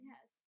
Yes